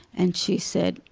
and she said,